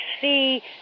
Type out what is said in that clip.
see